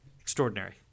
Extraordinary